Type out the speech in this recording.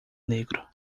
negro